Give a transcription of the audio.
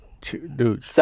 Dude